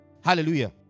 Hallelujah